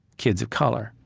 kids of color.